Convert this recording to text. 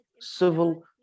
civil